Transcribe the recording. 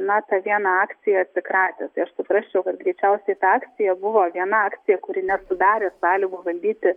na ta viena akcija atsikratė tai aš suprasčiau kad greičiausiai ta akcija buvo viena akcija kuri nesudarė sąlygų valdyti